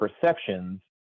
perceptions